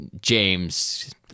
James